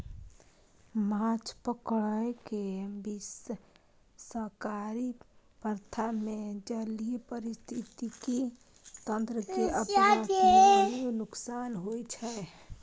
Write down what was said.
माछ पकड़ै के विनाशकारी प्रथा मे जलीय पारिस्थितिकी तंत्र कें अपरिवर्तनीय नुकसान होइ छै